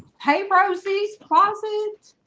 hey rosie's closet